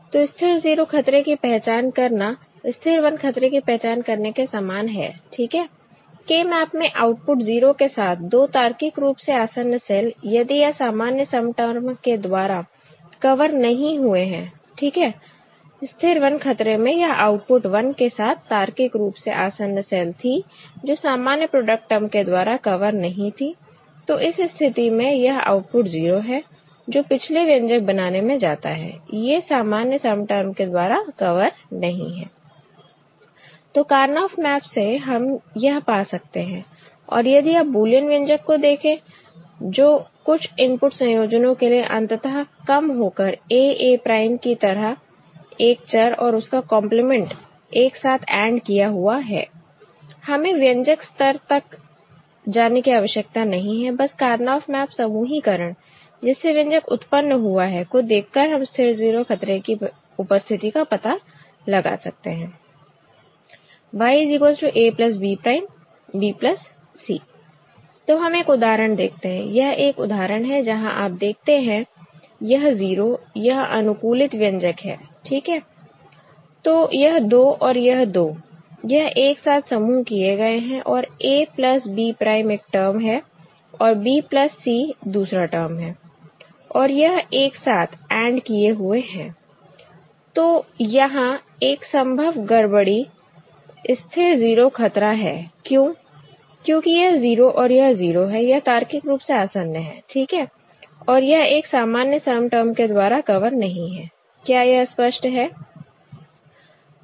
तो स्थिर 0 खतरे की पहचान करना स्थिर 1 खतरे की पहचान करने के समान है ठीक है K मैप में आउटपुट 0 के साथ दो तार्किक रूप से आसन्न सेल यदि यह सामान्य सम टर्म के द्वारा कवर नहीं हुए हैं ठीक है स्थिर 1 खतरे में यह आउटपुट 1 के साथ तार्किक रूप से आसन्न सेल थी जो सामान्य प्रोडक्ट टर्म के द्वारा कवर नहीं थी तो इस स्थिति में यह आउटपुट 0 है जो पिछले व्यंजक बनाने में जाता है ये सामान्य सम टर्म के द्वारा कवर नहीं है तो कारनॉफ मैप से हम यह पा सकते हैं और यदि आप बुलियन व्यंजक को देखें जो कुछ इनपुट संयोजनो के लिए अंततः कम हो कर A A prime की तरह एक चर और उसका कॉन्प्लीमेंट एक साथ AND किया हुआ है हमें व्यंजक स्तर तक जाने की आवश्यकता नहीं है बस कारनॉफ मैप समूहीकरण जिससे व्यंजक उत्पन्न हुआ है को देखकर हम स्थिर 0 खतरे की उपस्थिति का पता लगा सकते हैं Y A B'B C तो हम एक उदाहरण देखते हैं यह एक उदाहरण है जहां आप देखते हैं यह 0 यह अनुकूलित व्यंजक है ठीक है तो यह दो और यह दो यह एक साथ समूह किए गए हैं और A प्लस B prime एक टर्म है और B प्लस C दूसरा टर्म है और यह एक साथ AND किए हुए हैं तो यहां एक संभव गड़बड़ी स्थिर 0 खतरा है क्यों क्योंकि यह 0 और यह 0 यह तार्किक रूप से आसन्न है ठीक है और यह एक सामान्य सम टर्म के द्वारा कवर नहीं है क्या यह स्पष्ट है